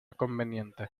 conveniente